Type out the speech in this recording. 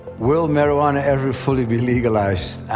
will marijuana ever fully be legalized?